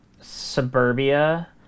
suburbia